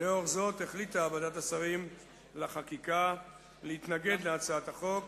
לאור זאת החליטה ועדת השרים לחקיקה להתנגד להצעת החוק